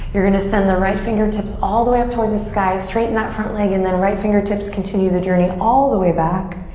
you're gonna send the right fingertips all the way up towards the sky. straighten that front leg and then right fingertips continue the journey all the way back.